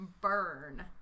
burn